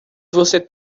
você